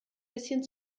bisschen